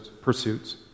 pursuits